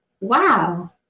wow